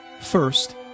First